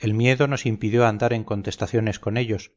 el miedo nos impidió andar en contestaciones con ellos